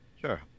Sure